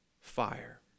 fire